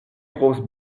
grosse